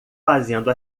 fazendo